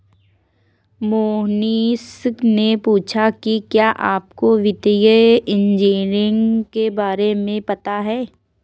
मोहनीश ने पूछा कि क्या आपको वित्तीय इंजीनियरिंग के बारे में पता है?